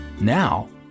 Now